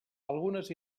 algunes